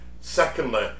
Secondly